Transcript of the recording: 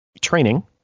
training